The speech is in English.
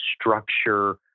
structure